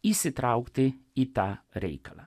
įsitraukti į tą reikalą